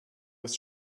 was